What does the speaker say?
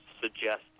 suggest